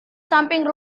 samping